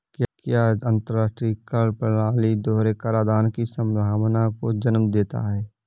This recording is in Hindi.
क्या अंतर्राष्ट्रीय कर प्रणाली दोहरे कराधान की संभावना को जन्म देता है?